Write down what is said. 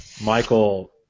Michael